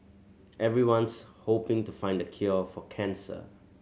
everyone's hoping to find the cure for cancer